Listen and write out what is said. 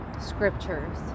scriptures